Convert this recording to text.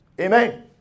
Amen